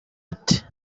ati